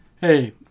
hey